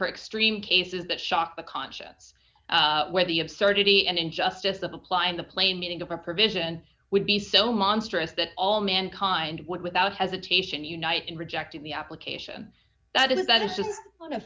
for extreme cases that shock the conscience where the absurdity and injustice of applying the plain meaning of a provision would be so monstrous that all mankind what without hesitation unite in rejecting the application that is that is just